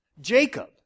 Jacob